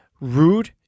Rude